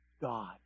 God